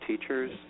teachers